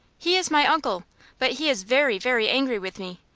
he is my uncle but he is very, very angry with me,